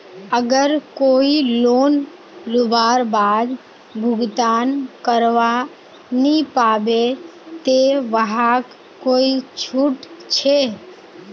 अगर कोई लोन लुबार बाद भुगतान करवा नी पाबे ते वहाक कोई छुट छे?